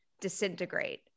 disintegrate